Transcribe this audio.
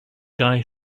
guy